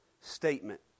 statement